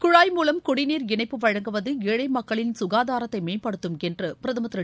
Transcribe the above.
குழாய் மூலம் குடிநீர் இணைப்பு வழங்குவது ஏழை மக்களின் சுகாதாரத்தை மேம்படுத்தும் என்று பிரதமர் திரு